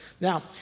Now